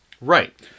Right